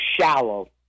shallow